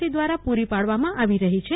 C દ્વારા પૂરી પાડવામાં આવી રહી છે